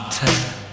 time